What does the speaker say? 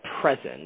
present